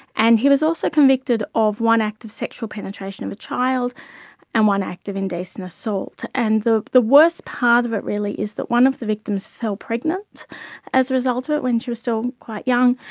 and he was also convicted of one act of sexual penetration of a child and one act of indecent assault. and the the worst part of it really is that one of the victims fell pregnant as a result of it when she was still quite young,